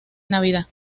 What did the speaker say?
navidad